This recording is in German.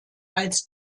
als